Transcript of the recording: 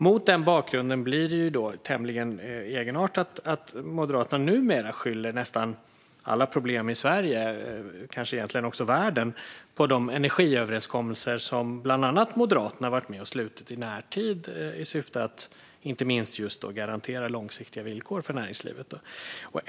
Mot denna bakgrund blir det tämligen egenartat att Moderaterna numera skyller nästan alla problem i Sverige - och kanske också i världen - på de energiöverenskommelser som bland andra Moderaterna har varit med och slutit i närtid, inte minst i syfte att garantera långsiktiga villkor för näringslivet.